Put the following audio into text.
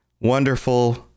wonderful